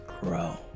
grow